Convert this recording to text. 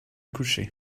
coucher